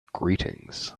greetings